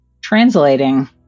translating